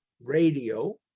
radio